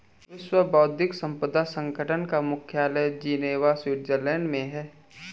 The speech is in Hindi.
विश्व बौद्धिक संपदा संगठन का मुख्यालय जिनेवा स्विट्जरलैंड में है